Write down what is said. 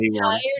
tired